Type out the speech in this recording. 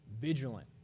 vigilant